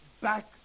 back